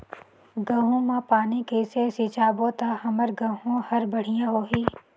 गहूं म पानी कइसे सिंचबो ता हमर गहूं हर बढ़िया होही?